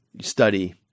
study